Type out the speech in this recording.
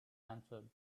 answered